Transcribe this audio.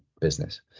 business